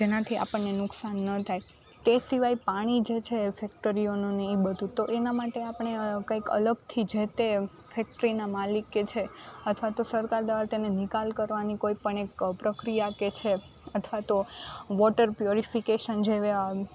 જેનાથી આપણને નુકશાન ન થાય તે સિવાય પાણી જે છે ફૅક્ટરીઓની એ બધું તો એના માટે આપણને કંઈક અલગથી જ જે તે ફૅક્ટરીના માલિક કે છે અથવા તો સરકાર દ્વારા તેને નિકાલ કરવાની કોઈ પણ એક પ્રક્રિયા કે છે અથવા તો વોટર પૂયુરીફીકેશન જે આ